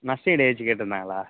நஷ்ட ஈடு எதாச்சும் கேட்டுருந்தாங்களா